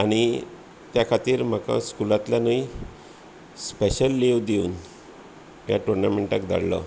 आनी त्या खातीर म्हाका स्कुलांतल्यानुय स्पेशल लीव दिवन त्या टुर्नामेंटाक धाडलो